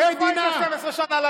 איפה היית 12 שנה?